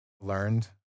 learned